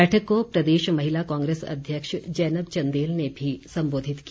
बैठक को प्रदेश महिला कांग्रेस अध्यक्ष जैनब चंदेल ने भी संबोधित किया